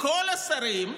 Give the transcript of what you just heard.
מכל השרים,